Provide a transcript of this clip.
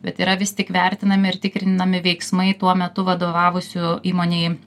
bet yra vis tik vertinami ir tikrinami veiksmai tuo metu vadovavusių įmonei